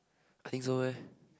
I think so eh